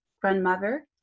grandmother